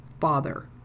father